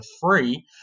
free